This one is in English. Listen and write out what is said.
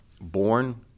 born